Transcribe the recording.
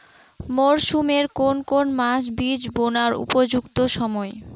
মরসুমের কোন কোন মাস বীজ বোনার উপযুক্ত সময়?